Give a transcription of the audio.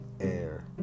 air